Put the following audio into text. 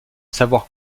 savoir